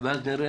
ואז נראה.